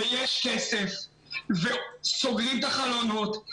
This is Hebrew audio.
ויש כסף אבל סוגרים את החלונות.